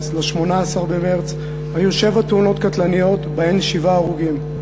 במרס ל-18 במרס היו שבע תאונות קטלניות ובהן שבעה הרוגים: